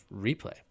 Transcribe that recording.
replay